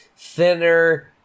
Thinner